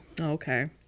Okay